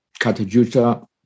Katajuta